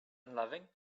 unloving